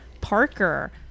Parker